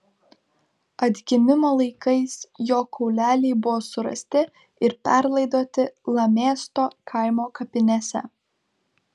atgimimo laikais jo kauleliai buvo surasti ir perlaidoti lamėsto kaimo kapinėse